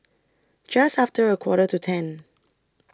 Just after A Quarter to ten